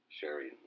sharing